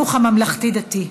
החינוך הממלכתי-דתי.